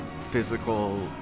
physical